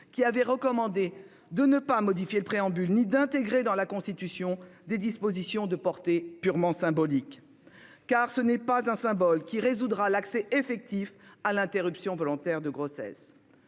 qui avait recommandé de ne pas modifier le préambule ni d'intégrer dans la Constitution « des dispositions de portée purement symbolique ». Car ce n'est pas un symbole qui résoudra l'accès effectif à l'interruption volontaire de grossesse.